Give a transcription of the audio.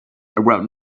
around